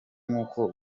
nk’uko